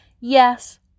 Yes